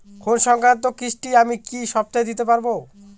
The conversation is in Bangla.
ঋণ সংক্রান্ত কিস্তি আমি কি সপ্তাহে দিতে পারবো?